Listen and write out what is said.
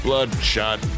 Bloodshot